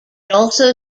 also